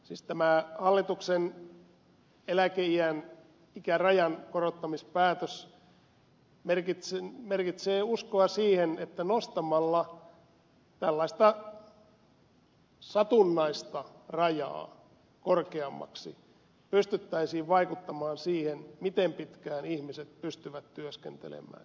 siis tämä hallituksen eläkeikärajan korottamispäätös merkitsee uskoa siihen että nostamalla tällaista satunnaista rajaa korkeammaksi pystyttäisiin vaikuttamaan siihen miten pitkään ihmiset pystyvät työskentelemään